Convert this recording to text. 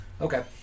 Okay